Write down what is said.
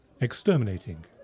exterminating